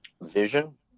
vision